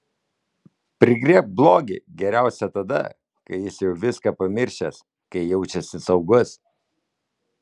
prigriebk blogį geriausia tada kai jis jau viską pamiršęs kai jaučiasi saugus